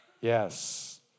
Yes